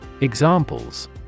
Examples